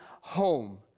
home